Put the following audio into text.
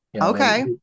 Okay